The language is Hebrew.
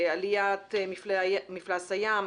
עליית מפלס הים,